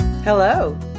Hello